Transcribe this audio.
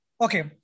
Okay